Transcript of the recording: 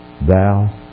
thou